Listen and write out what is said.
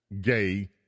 gay